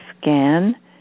scan